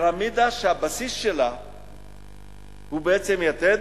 פירמידה שהבסיס שלה הוא בעצם יתד,